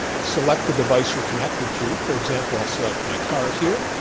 select the device, you're connected to, for example, i'll select my car here,